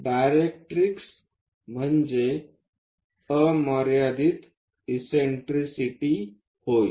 directrix म्हणजे अमर्याद eccentricity होय